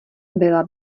byla